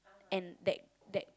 and that that